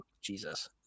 Jesus